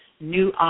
new